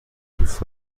دوست